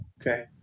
Okay